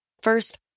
First